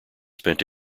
spent